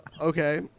Okay